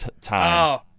time